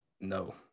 no